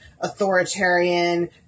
authoritarian